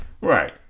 Right